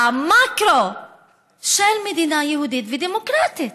המקרו של מדינה יהודית ודמוקרטית.